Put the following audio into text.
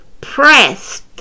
pressed